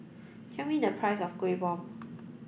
tell me the price of Kuih Bom